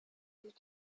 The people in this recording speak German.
sich